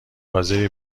حاضری